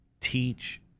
teach